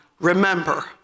remember